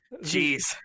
Jeez